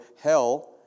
hell